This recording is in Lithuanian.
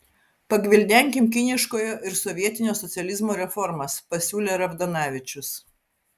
pagvildenkim kiniškojo ir sovietinio socializmo reformas pasiūlė ravdanavičius